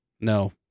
No